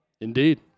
Indeed